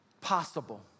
possible